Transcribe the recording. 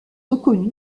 reconnu